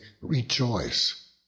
rejoice